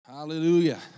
Hallelujah